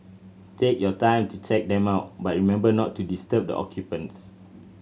take your time to check them out but remember not to disturb the occupants